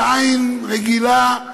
בעין רגילה,